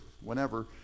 whenever